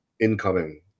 incoming